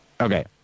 Okay